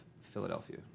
Philadelphia